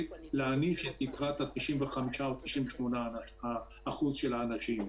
להעניש את יתרת התשעים ומשהו אחוז של האנשים.